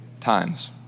times